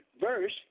verse